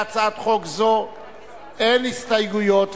להצעת חוק זו אין הסתייגויות,